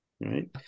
Right